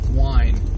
wine